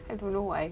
I don't know why